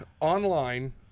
online